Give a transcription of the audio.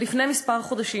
לפני כמה חודשים,